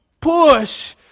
push